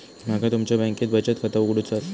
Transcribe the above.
माका तुमच्या बँकेत बचत खाता उघडूचा असा?